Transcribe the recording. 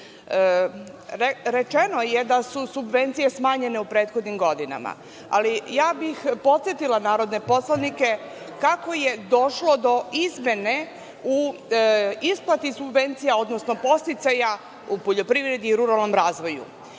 grupe. Rečeno je da su subvencije smanjene u prethodnim godinama, ali bih podsetila narodne poslanike kako je došlo do izmene u isplati subvencija, odnosno podsticaja u poljoprivredi i ruralnom razvoju. Godine